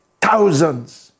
thousands